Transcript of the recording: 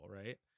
right